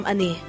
Ani